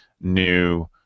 new